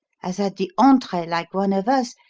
has had the entree like one of us,